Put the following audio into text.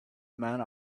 men